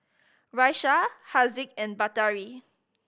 Raisya Haziq and Batari